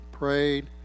Prayed